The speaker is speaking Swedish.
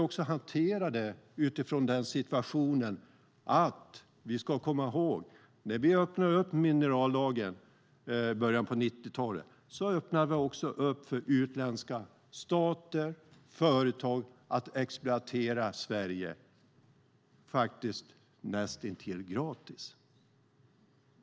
Vi ska komma ihåg att när vi öppnade minerallagen i början av 90-talet öppnade vi också för andra stater och utländska företag att exploatera Sverige näst intill gratis.